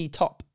top